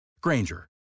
Granger